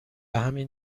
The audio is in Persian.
همین